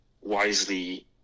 wisely